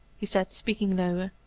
he said, speaking lower.